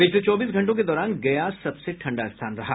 पिछले चौबीस घंटों के दौरान गया सबसे ठंडा स्थान रहा